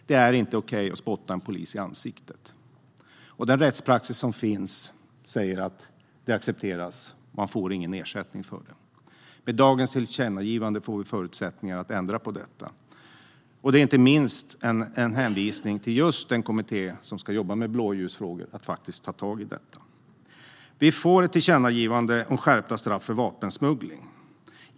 Det är inte okej att spotta en polis i ansiktet. Den rättspraxis som finns säger att detta accepteras, och man får ingen ersättning för det. Med dagens tillkännagivande får vi förutsättningar att ändra på detta. Det är inte minst en hänvisning till just den kommitté som ska jobba med blåljusfrågor så att den faktiskt tar tag i detta. Vi får ett tillkännagivande om skärpta straff för vapensmuggling.